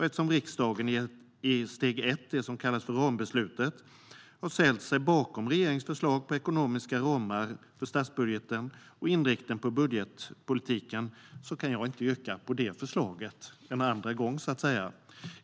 Eftersom riksdagen i steg ett, det som kallas för rambeslutet, har ställt sig bakom regeringens förslag på ekonomiska ramar för statsbudgeten och inriktning på budgetpolitiken kan jag inte yrka bifall till det förslaget en andra gång, så att säga.